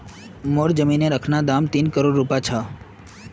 मोर जमीनेर अखना दाम तीन करोड़ रूपया छ